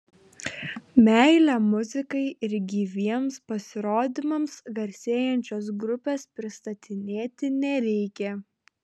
meile muzikai ir gyviems pasirodymams garsėjančios grupės pristatinėti nereikia